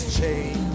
change